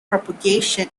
propagation